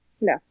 no